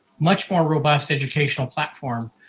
much more robust educational platform.